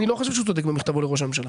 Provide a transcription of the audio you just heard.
אני לא חושב שהוא צודק במכתבו לראש הממשלה,